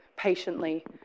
patiently